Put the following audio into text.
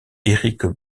éric